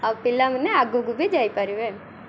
ଆଉ ପିଲାମାନେ ଆଗକୁ ବି ଯାଇପାରିବେ